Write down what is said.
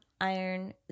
iron